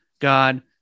God